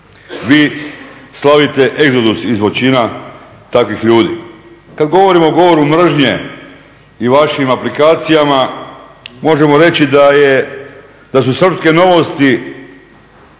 Vi slavite egzodus iz Voćina takvih ljudi. Kad govorimo o govoru mržnje i vašim aplikacijama možemo reći da su Srpske novosti